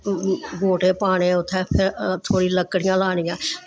गोह्टे पाने उत्थै ते थोह्ड़ी लकड़ियां लानियां